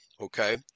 okay